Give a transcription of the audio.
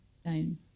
stone